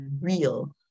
real